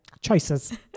Choices